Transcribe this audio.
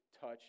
touch